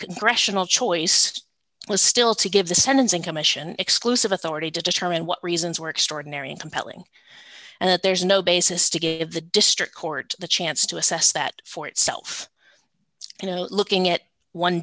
congressional choice was still to give the sentencing commission exclusive authority to determine what reasons were extraordinary and compelling and that there's no basis to gave the district court the chance to assess that for itself you know looking at one